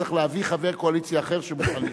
צריך להביא חבר קואליציה אחר שמוכן להישאר.